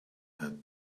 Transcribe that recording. that